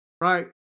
Right